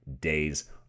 days